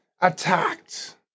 attacked